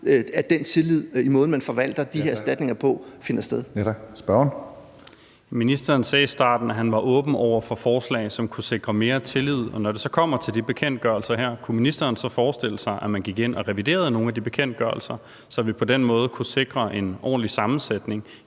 Tredje næstformand (Karsten Hønge): Tak. Spørgeren. Kl. 14:49 Carl Valentin (SF): Ministeren sagde i starten, at han var åben over for forslag, som kunne sikre mere tillid. Når det så kommer til de her bekendtgørelser, kunne ministeren så forestille sig, at man gik ind og reviderede nogle af dem, så vi på den måde kunne sikre en ordentlig sammensætning